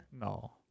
No